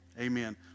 Amen